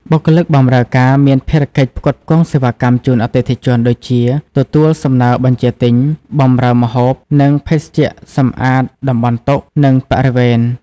បុគ្គលិកបម្រើការ មានភារកិច្ចផ្គត់ផ្គង់សេវាកម្មជូនអតិថិជន ដូចជា ទទួលសំណើបញ្ជាទិញ បម្រើម្ហូប និងភេសជ្ជៈ សម្អាតតំបន់តុ និងបរិវេណ។